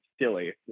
silly